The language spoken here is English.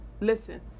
Listen